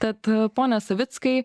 tad pone savickai